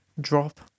drop